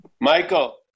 Michael